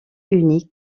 unis